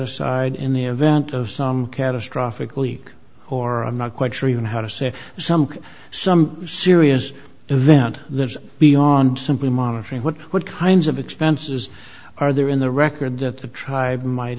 aside in the event of some catastrophic leak or i'm not quite sure even how to say something some serious event that is beyond simply monitoring what what kinds of expenses are there in the record that the tribe might